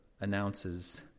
announces